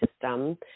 system